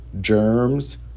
Germs